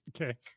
Okay